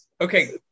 Okay